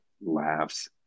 laughs